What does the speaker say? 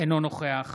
אינו נוכח